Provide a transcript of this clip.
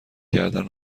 کردن